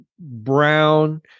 brown